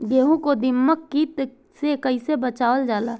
गेहूँ को दिमक किट से कइसे बचावल जाला?